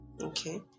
okay